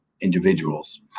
individuals